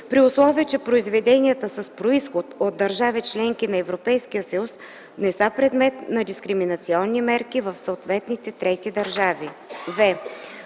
при условие че произведенията с произход от държави – членки на Европейския съюз, не са предмет на дискриминационни мерки в съответните трети държави;